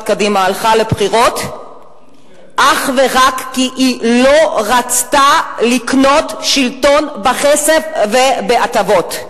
קדימה הלכה לבחירות אך ורק כי היא לא רצתה לקנות שלטון בכסף ובהטבות.